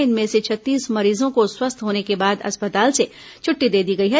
इनमें से छत्तीस मरीजों को स्वस्थ होने के बाद अस्पताल से छुट्टी दे दी गई है